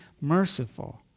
merciful